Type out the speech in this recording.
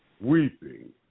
weeping